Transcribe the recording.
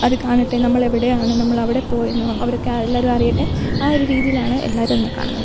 അത് കാണട്ടെ നമ്മൾ എവിടെയാണ് നമ്മൾ അവിടെപ്പോയെന്ന് ആ അവരൊക്കെ എല്ലാരും അറിയട്ടെ ആ ഒരു രീതിയിൽ ആണ് എല്ലാവരും അതിനെ കാണുന്നത്